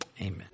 amen